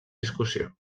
discussió